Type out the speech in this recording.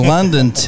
London